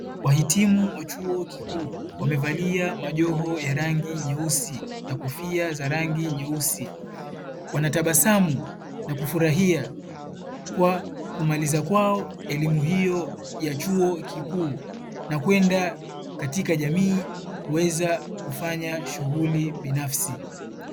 Wahitimu wa chuo kikuu wamevalia majoho ya rangi nyeusi na kofia za rangi nyeusi, wanatabasamu na kufurahia kwa kumaliza kwao elimu hiyo ya chuo kikuu. Na kwenda katika jamii kuweza kufanya shughuli binafsi.